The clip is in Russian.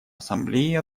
ассамблеи